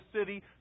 city